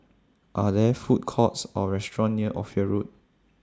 Are There Food Courts Or restaurants near Ophir Road